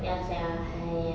ya sia !haiya!